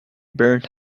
burnt